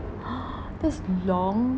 !huh! that's long